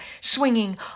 swinging